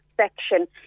section